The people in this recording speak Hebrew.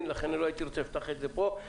ולכן לא הייתי רוצה להתייחס לזה פה,